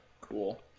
cool